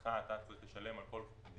מבחינתך אתה צריך לשלם על כל בדיקה